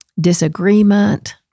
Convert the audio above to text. disagreement